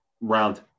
round